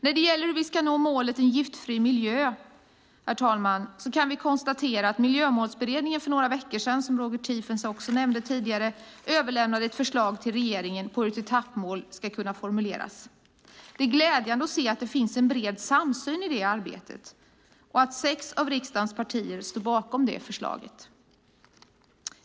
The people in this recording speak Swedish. När det gäller hur vi ska nå målet En giftfri miljö kan vi, herr talman, konstatera att Miljömålsberedningen för några veckor sedan överlämnade ett förslag till regeringen på hur etappmål ska kunna formuleras. Det är glädjande att se att det finns en bred samsyn i det arbetet och att sex av riksdagens partier står bakom det förslaget.